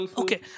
okay